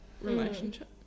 relationship